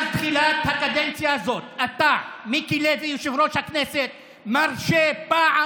מצופה מיושב-ראש הכנסת שכאשר חבר כנסת פונה